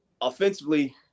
offensively